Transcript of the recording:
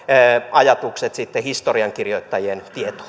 ajatuksensa sitten historiankirjoittajien